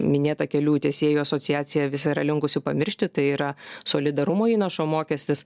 minėtą kelių tiesėjų asociacija visa yra linkusi pamiršti tai yra solidarumo įnašo mokestis